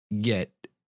get